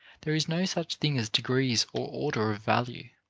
there is no such thing as degrees or order of value.